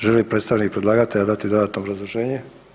Želi li predstavnik predlagatelja dati dodatno obrazloženje?